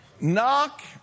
Knock